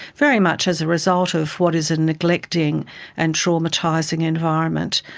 very much as a result of what is a neglecting and traumatising environment.